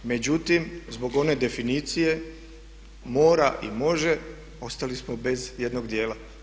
Međutim, zbog one definicije mora i može, ostali smo bez jednog dijela.